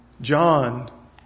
John